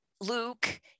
luke